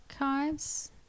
archives